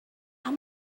how